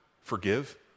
forgive